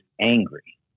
angry